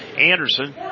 Anderson